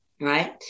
Right